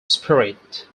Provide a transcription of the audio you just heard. spirit